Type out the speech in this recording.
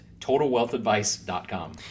TotalWealthAdvice.com